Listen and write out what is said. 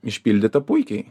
išpildyta puikiai